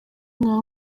nka